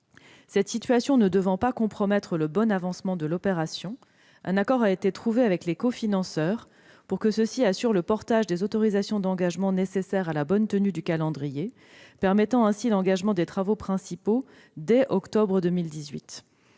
Cette situation ne devant pas compromettre le bon avancement de l'opération, un accord a été trouvé avec les cofinanceurs : ils assureront le portage des autorisations d'engagement nécessaires à la bonne tenue du calendrier, ce qui permettra le commencement des travaux principaux dès le mois